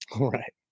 Right